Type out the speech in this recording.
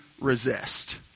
resist